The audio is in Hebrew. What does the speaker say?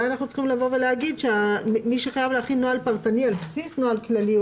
אולי אנחנו צריכים להגיד שמי שחייב להכין נוהל פרטני על בסיס נוהל כללי,